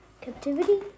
captivity